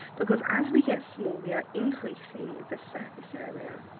because as we get small, we are increasing the surface area,